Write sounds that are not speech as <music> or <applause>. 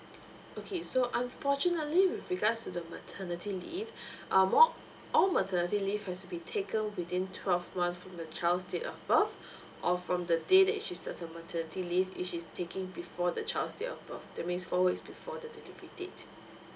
okay so unfortunately with regards to the maternity leave <breath> um more all maternity leave has to be taken within twelve months from the child's date of birth <breath> or from the day that she starts her maternity leave if she's taking before the child's date of birth that means four weeks before the delivery date